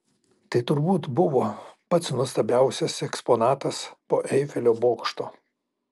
tai turbūt buvo pats nuostabiausias eksponatas po eifelio bokšto